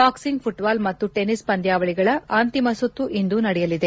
boxing football ಮತ್ತು tennis ಪಂದ್ಡಾವಳಿಗಳ ಅಂತಿಮ ಸುತ್ತು ಇಂದು ನಡೆಯಲಿದೆ